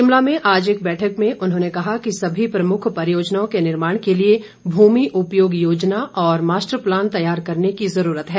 शिमला में आज एक बैठक में उन्होंने कहा कि सभी प्रमुख परियोजनाओं के निर्माण के लिए भूमि उपयोग योजना और मास्टर प्लान तैयार करने की जरूरत है